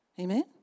Amen